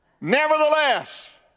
nevertheless